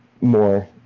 more